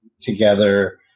together